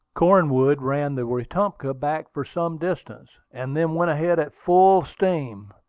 cornwood ran the wetumpka back for some distance, and then went ahead at full steam.